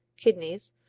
kidneys,